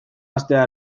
hastea